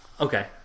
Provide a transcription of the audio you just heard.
Okay